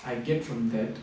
I get from that